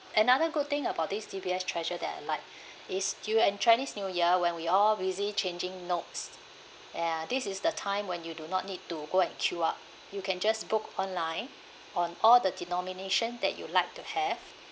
another good thing about this D_B_S treasure that I like is during chinese new year when we all busy changing notes ya this is the time when you do not need to go and queue up you can just book online on all the denomination that you like to have